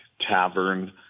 tavern